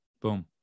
Boom